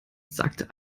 sagte